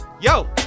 yo